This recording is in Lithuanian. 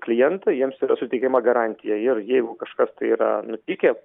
klientą jiems yra suteikiama garantija ir jeigu kažkas tai yra nutikę